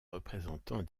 représentant